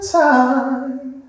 time